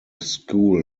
school